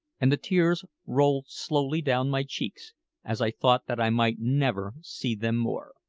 and the tears rolled slowly down my cheeks as i thought that i might never see them more.